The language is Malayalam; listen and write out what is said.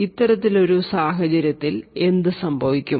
അത്തരമൊരു സാഹചര്യത്തിൽ എന്ത് സംഭവിക്കും